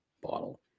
bottle